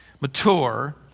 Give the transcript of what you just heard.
mature